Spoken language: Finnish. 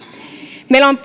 meillä on